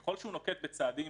ככל שהוא נוקט צעדים